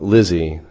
Lizzie